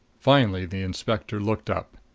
finally the inspector looked up.